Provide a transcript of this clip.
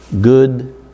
good